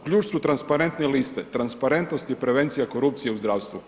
Ključ su transparentne liste, transparentnost je prevencija korupcije u zdravstvu.